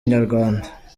inyarwanda